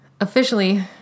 officially